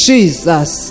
Jesus